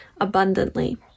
abundantly